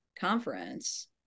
conference